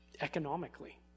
economically